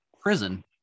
prison